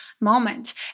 moment